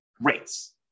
rates